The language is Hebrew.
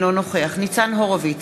אינו נוכח ניצן הורוביץ,